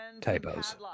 Typos